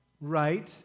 right